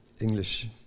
English